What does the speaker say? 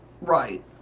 Right